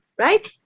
Right